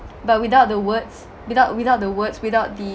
but without the words without without the words without the